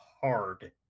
Hard